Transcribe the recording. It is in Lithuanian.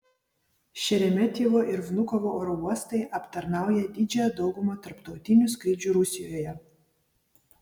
šeremetjevo ir vnukovo oro uostai aptarnaują didžiąją daugumą tarptautinių skrydžių rusijoje